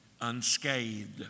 unscathed